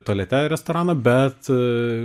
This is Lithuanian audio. tualete restorano bet